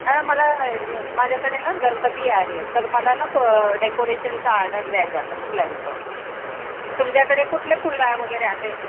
हा मला माझ्याकडे ना गणपती आहे तर मला ना प डेकोरेशनचा आर्डर द्यायचा होता फुलांचं तर तुमच्याकडे कुठले फुलं वगैरे आहेत